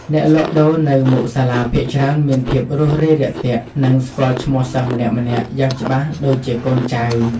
អ្នកលក់ដូរនៅមុខសាលាភាគច្រើនមានភាពរួសរាយរាក់ទាក់និងស្គាល់ឈ្មោះសិស្សម្នាក់ៗយ៉ាងច្បាស់ដូចជាកូនចៅ។